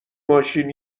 ماشین